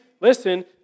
listen